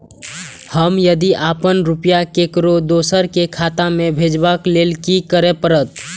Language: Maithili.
हम यदि अपन रुपया ककरो दोसर के खाता में भेजबाक लेल कि करै परत?